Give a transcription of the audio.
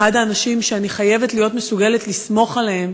אחד האנשים שאני חייבת להיות מסוגלת לסמוך עליהם,